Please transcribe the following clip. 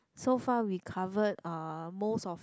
so far we covered uh most of